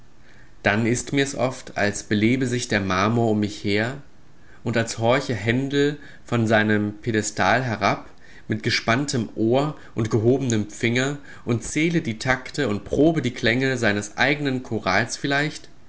dann ist mir's oft als belebe sich der marmor um mich her und als horche händel von seinem piedestal herab mit gespanntem ohr und gehobenem finger und zähle die takte und probe die klänge seines eigenen chorals vielleicht